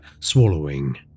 swallowing